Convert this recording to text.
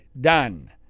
done